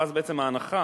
ואז בעצם ההנחה